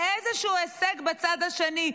לאיזשהו הישג בצד השני.